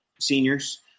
seniors